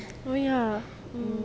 I mean ya mm